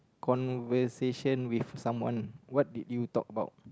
conversation with someone what did you talk about